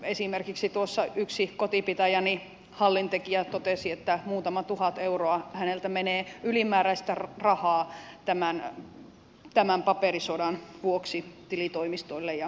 esimerkiksi tuossa yksi kotipitäjäni hallintekijä totesi että muutama tuhat euroa häneltä menee ylimääräistä rahaa tämän paperisodan vuoksi tilitoimistoille ja muualle